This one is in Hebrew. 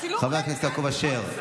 חבר הכנסת משה רוט,